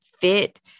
fit